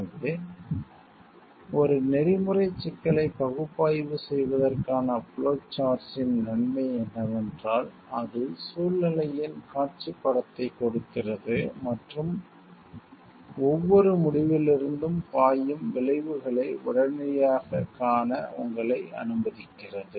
எனவே ஒரு நெறிமுறைச் சிக்கலை பகுப்பாய்வு செய்வதற்கான ஃப்ளோ சார்ட்ஸ் இன் நன்மை என்னவென்றால் அது சூழ்நிலையின் காட்சிப் படத்தைக் கொடுக்கிறது மற்றும் ஒவ்வொரு முடிவிலிருந்தும் பாயும் விளைவுகளை உடனடியாகக் காண உங்களை அனுமதிக்கிறது